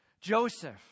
Joseph